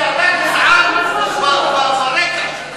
ואל תאיים פה על אף אחד.